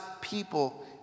people